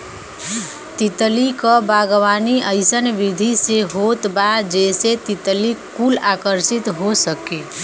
तितली क बागवानी अइसन विधि से होत बा जेसे तितली कुल आकर्षित हो सके